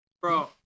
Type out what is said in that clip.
Bro